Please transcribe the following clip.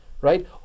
right